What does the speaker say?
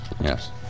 Yes